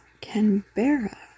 canberra